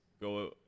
go